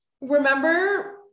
remember